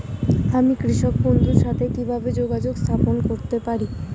আমি কৃষক বন্ধুর সাথে কিভাবে যোগাযোগ স্থাপন করতে পারি?